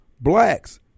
blacks